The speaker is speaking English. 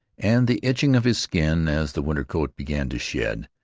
and the itching of his skin, as the winter coat began to shed,